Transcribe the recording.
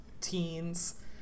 teens